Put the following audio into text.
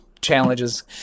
challenges